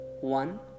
one